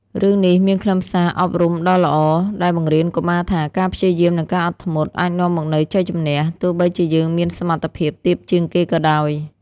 រឿងនេះមានខ្លឹមសារអប់រំដ៏ល្អ ដែលបង្រៀនកុមារថា ការព្យាយាមនិងការអត់ធ្មត់ អាចនាំមកនូវជ័យជម្នះ ទោះបីជាយើងមានសមត្ថភាពទាបជាងគេក៏ដោយ។